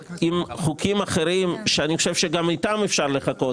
אם חוקים אחרים שאני חושב שגם איתם אפשר לחכות,